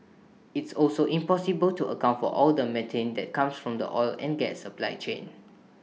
it's also impossible to account for all the methane that comes from the oil and gas supply chain